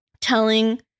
telling